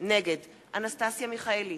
נגד אנסטסיה מיכאלי,